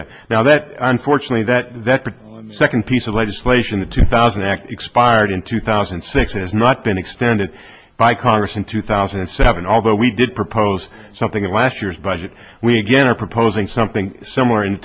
understand now that unfortunately that second piece of legislation the two thousand act expired in two thousand and six has not been extended by congress in two thousand and seven although we did propose something in last year's budget we again are proposing something similar in